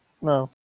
no